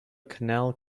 canal